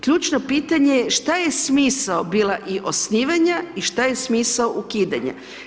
Ključno pitanje je šta je smisao bila i osnivanja i šta je smisao ukidanja.